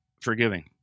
forgiving